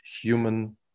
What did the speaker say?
human